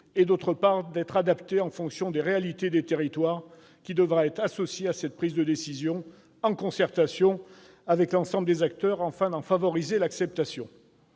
d'autre part, d'être adaptée en fonction des réalités des territoires, lesquels devraient être associés à cette prise de décision, en concertation avec l'ensemble des acteurs, afin d'en favoriser l'acceptation.